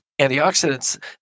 antioxidants